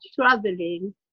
traveling